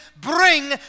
bring